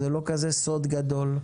זה לא כזה סוד גדול.